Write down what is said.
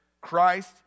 Christ